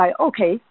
okay